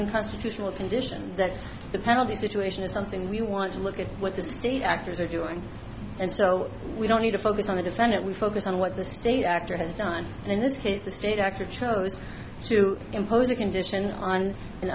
unconstitutional position that the penalty situation is something we want to look at what the state actors are doing and so we don't need to focus on the defendant we focus on what the state actor has done and in this case the state actor chose to impose a condition on